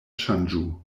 ŝanĝu